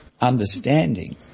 understanding